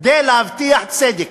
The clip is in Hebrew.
כדי להבטיח צדק.